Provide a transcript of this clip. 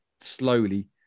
slowly